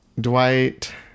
Dwight